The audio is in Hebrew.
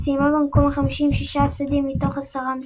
וסיימה במקום החמישי עם שישה הפסדים מתוך עשרה משחקים.